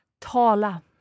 Tala